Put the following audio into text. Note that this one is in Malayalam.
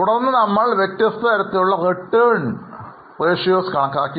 തുടർന്ന് നമ്മൾ വിവിധതരത്തിലുള്ള റിട്ടേൺ അനുപാതങ്ങൾ കണക്കാക്കി